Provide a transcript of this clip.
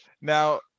Now